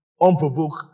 unprovoked